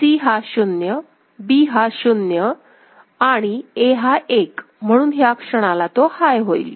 C हा 0B हा 0 आणि A हा 1 म्हणून ह्या क्षणाला तो हाय होईल